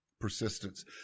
persistence